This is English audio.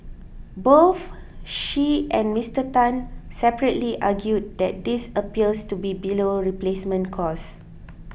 both she and Mister Tan separately argued that this appears to be below replacement cost